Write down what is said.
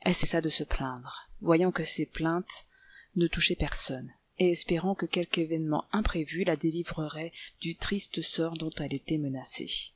elle cessa de se plaindre voyant que ses plaintes ne touchaient personne et espérant que quelque événement imprévu la délivrerait du triste sort dont elle clait menacée